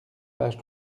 page